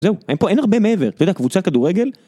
זהו, אין פה, אין הרבה מעבר. אתה יודע, קבוצת כדורגל...